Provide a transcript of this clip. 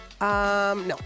No